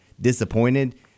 disappointed